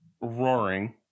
roaring